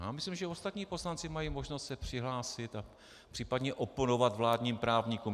Já myslím, že i ostatní poslanci mají možnost se přihlásit a případně oponovat vládním právníkům.